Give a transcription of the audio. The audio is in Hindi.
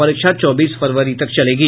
परीक्षा चौबीस फरवरी तक चलेगी